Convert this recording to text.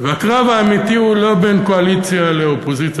והקרב האמיתי הוא לא בין קואליציה לאופוזיציה,